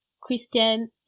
Christian